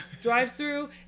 drive-through